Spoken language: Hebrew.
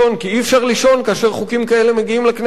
כי אי-אפשר לישון כאשר חוקים כאלה מגיעים לכנסת.